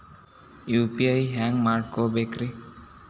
UPI ಹ್ಯಾಂಗ ಮಾಡ್ಕೊಬೇಕ್ರಿ?